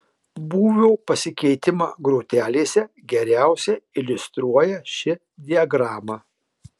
būvio pasikeitimą grotelėse geriausiai iliustruoja ši diagrama